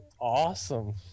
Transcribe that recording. awesome